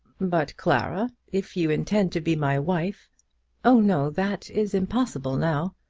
but, clara, if you intend to be my wife oh, no that is impossible now.